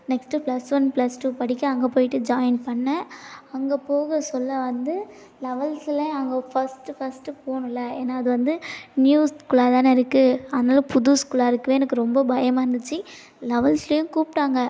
next plus one plus two படிக்க அங்கே போய்ட்டு ஜாயின் பண்ண அங்கே போகசொல்ல வந்து லெவன்த்தில் அங்கே ஃபஸ்ட்டு ஃபஸ்ட்டு போகணுல்ல ஏன்னா அது வந்து நியூ ஸ்கூல்லாக தானே இருக்குது அதனால் புது ஸ்கூல்லாக இருக்கவே எனக்கு ரொம்பவே பயமாக இருந்துச்சு லெவன்த்துலேயும் கூப்பிட்டாங்க